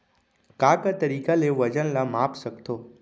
का का तरीक़ा ले वजन ला माप सकथो?